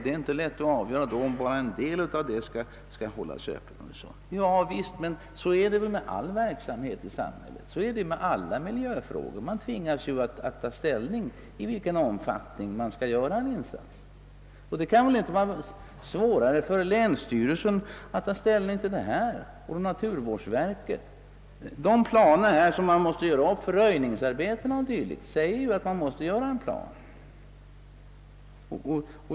Det är inte lätt att avgöra, om bara en del av åkerarealen skall hållas öppen. — Ja visst, men så är det väl med all verksamhet i samhället. I alla miljöfrågor tvingas man att ta ställning och bestämma i vilken omfattning man skall göra en insats. Det är väl inte svårare för länsstyrelsen och naturvårdsverket att ta ställning till detta. Röjningsarbete o. d. kräver uppgörande av en plan.